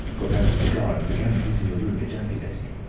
got out a cigar, and began pacing the room, ejaculating.